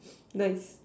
nice